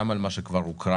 גם על מה שכבר הוקרא